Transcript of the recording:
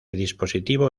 dispositivo